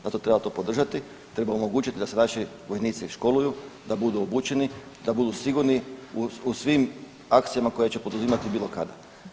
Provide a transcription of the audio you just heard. Zato treba to podržati, treba omogućiti da se naši vojnici školuju, da budu obučeni, da budu sigurni u svim akcijama koje će poduzimati bilo kada.